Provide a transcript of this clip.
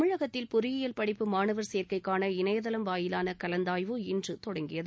தமிழகத்தில் பொறியியல் படிப்பு மாணவர் சேர்க்கைக்கான இணையதளம் வாயிலானகலந்தாய்வு இன்றுதொடங்கியது